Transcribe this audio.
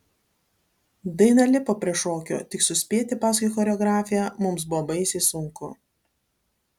daina lipo prie šokio tik suspėti paskui choreografiją mums buvo baisiai sunku